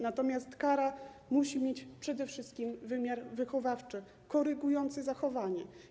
Natomiast kara musi mieć przede wszystkim wymiar wychowawczy, korygujący zachowanie.